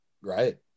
Right